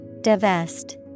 Divest